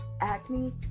acne